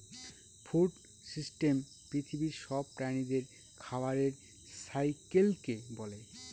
food system পৃথিবীর সব প্রাণীদের খাবারের সাইকেলকে বলে